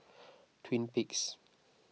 Twin Peaks